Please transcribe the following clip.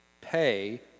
Pay